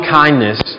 kindness